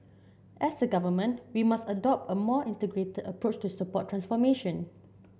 as a Government we must adopt a more integrated approach to support transformation